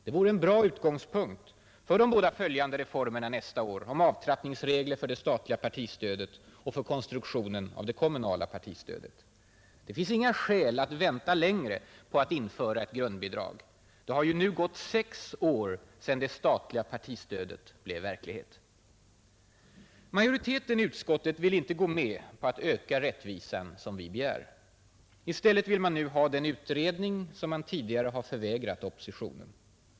Det vore en bra utgångspunkt för de båda följande reformerna nästa år — om avtrappningsregler för det statliga partistödet och för konstruktionen av det kommunala partistödet. Det finns inga skäl att vänta längre på att införa ett grundbidrag. Det har ju nu gått sex år sen det statliga partistödet blev verklighet. Majoriteten i utskottet vill inte gå med på att öka rättvisan så som vi begär. I stället vill man nu ha den utredning, som man tidigare har förvägrat oppositionen.